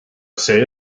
see